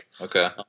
Okay